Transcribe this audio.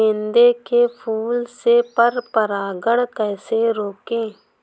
गेंदे के फूल से पर परागण कैसे रोकें?